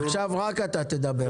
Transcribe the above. עכשיו רק אתה תדבר,